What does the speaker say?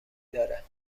داره